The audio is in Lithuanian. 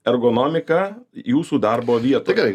ergonomika jūsų darbo vietoje